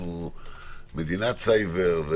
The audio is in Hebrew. ואנחנו מדינת סייבר,